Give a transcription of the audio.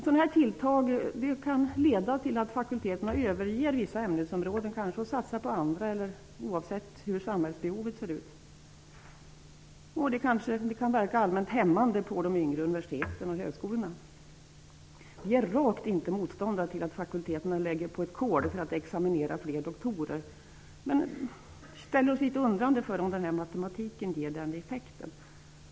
Sådana här tilltag kan leda till att fakulteterna överger vissa ämnesområden och satsar på andra oavsett hur samhällsbehovet ser ut. Det kan verka allmänt hämmande på de yngre universiteten och högskolorna. Vi är rakt inte motståndare till att fakulteterna lägger på ett kol för att examinera fler doktorer, men ställer oss litet undrande inför om den här matematiken ger den effekten.